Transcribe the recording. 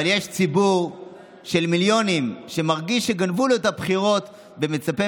אבל יש ציבור של מיליונים שמרגיש שגנבו לו את הבחירות ומצפה